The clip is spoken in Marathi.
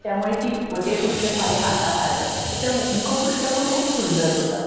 त्यामुळे ती ते पुस्तक माझ्या हातात आलं त्याचं मु मुखपृष्ट पण खूप सुंदर होतं